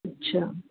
अच्छा